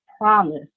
promise